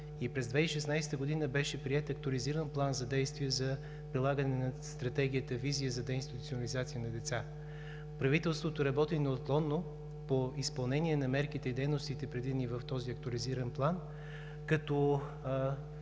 и през 2016 г. беше приет Актуализиран план за действие за прилагане на Стратегията „Визия за деинституционализация на деца“. Правителството работи неотклонно по изпълнение на мерките и дейностите, предвидени в този Актуализиран план, като